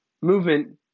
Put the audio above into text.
movement